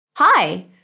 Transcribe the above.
Hi